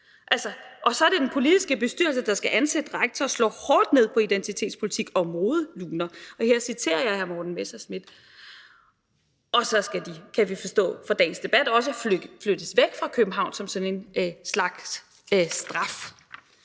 Og så er det den politiske bestyrelse, der skal ansætte en rektor og slå hårdt ned på identitetspolitik og modeluner – og her citerer jeg hr. Morten Messerschmidt. Og så skal de, kan man nu forstå ud fra dagens debat, også flyttes væk fra København som sådan en slags straf.